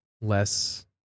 less